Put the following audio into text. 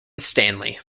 stanley